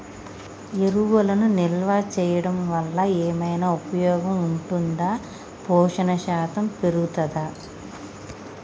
ఎరువులను నిల్వ చేయడం వల్ల ఏమైనా ఉపయోగం ఉంటుందా పోషణ శాతం పెరుగుతదా?